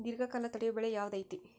ದೇರ್ಘಕಾಲ ತಡಿಯೋ ಬೆಳೆ ಯಾವ್ದು ಐತಿ?